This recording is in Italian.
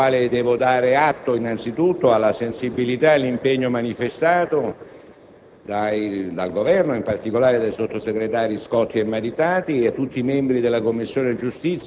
prego.